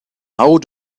how